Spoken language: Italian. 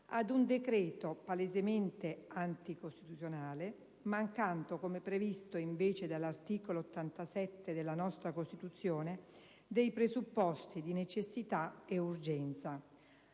ad un decreto palesemente anticostituzionale, mancando - come previsto invece dall'articolo 77 della nostra Costituzione - dei presupposti di necessità e urgenza.